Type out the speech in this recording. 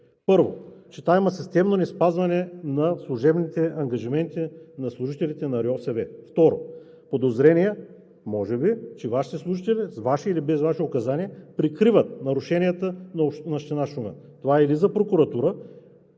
Първо, че там има системно неспазване на служебните ангажименти на служителите на РИОСВ. Второ, подозрения може би, че Вашите служители, с Ваше или без Ваше указание, прикриват нарушенията на Община Шумен. Това е или за прокуратура